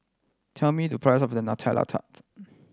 tell me the price of Nutella Tart